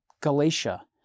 Galatia